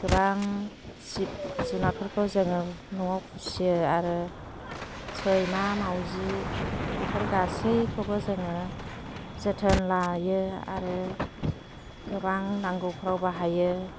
गोबां जिब जुनादफोरखौ जोङो न'आव फुसियो आरो सैमा मावजि बेफोर गासैखौबो जोङो जोथोन लायो आरो गोबां नांगौफ्राव बाहायो